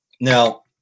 now